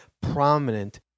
prominent